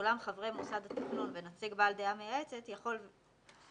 ואולם חברי מוסד התכנון ונציג בעל דעה מייעצת יכול וישתתפו